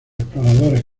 exploradores